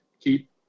keep